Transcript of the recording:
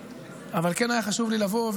אבל כן היה חשוב לי לבוא,